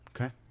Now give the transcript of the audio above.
Okay